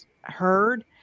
heard